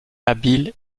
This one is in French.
habile